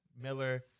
Miller